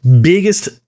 biggest